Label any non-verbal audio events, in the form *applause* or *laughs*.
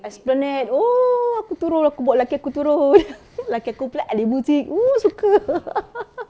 esplanade oo aku turun aku bawa lelaki aku turun *laughs* lelaki aku pula ahli music oo suka *laughs*